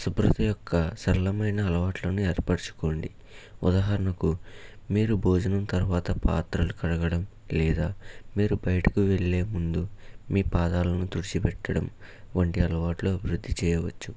శుభ్రత యొక్క సరళమైన అలవాట్లను ఏర్పర్చుకోండి ఉదాహరణకు మీరు భోజనం తర్వాత పాత్రలు కడగడం లేదా మీరు బయటకు వెళ్ళే ముందు మీ పాదాలను తుడిచిపెట్టడం వంటి అలవాట్లు వృద్ధి చేయవచ్చు